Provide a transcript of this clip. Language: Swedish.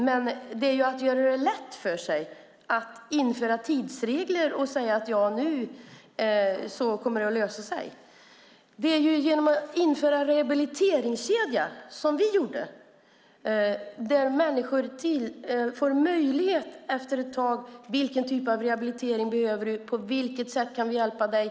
Men det är att göra det lätt för sig att införa tidsregler och säga: Nu kommer det att lösa sig. Det handlar om att införa en rehabiliteringskedja, som vi gjorde, där människor efter ett tag får möjligheter: Vilken typ av rehabilitering behöver du? På vilket sätt kan vi hjälpa dig?